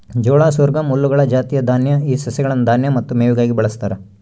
ಜೋಳ ಸೊರ್ಗಮ್ ಹುಲ್ಲುಗಳ ಜಾತಿಯ ದಾನ್ಯ ಈ ಸಸ್ಯಗಳನ್ನು ದಾನ್ಯ ಮತ್ತು ಮೇವಿಗಾಗಿ ಬಳಸ್ತಾರ